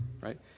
right